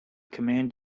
command